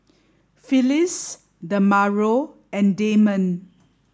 Phyllis Demario and Damond